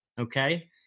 okay